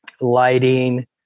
lighting